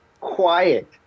quiet